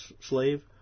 slave